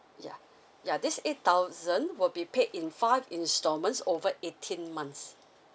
yeah yeah this eight thousand will be paid in five installments over eighteen months